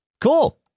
Cool